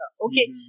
okay